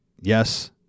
yes